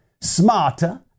smarter